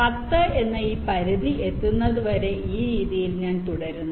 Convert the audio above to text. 10 എന്ന ഈ പരിധി എത്തുന്നതുവരെ ഈ രീതിയിൽ ഞാൻ തുടരുന്നു